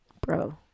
Bro